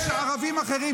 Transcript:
יש ערבים אחרים.